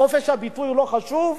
חופש הביטוי הוא לא חשוב?